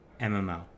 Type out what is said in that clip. MMO